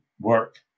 work